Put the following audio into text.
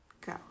go